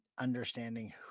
understanding